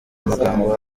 amagambo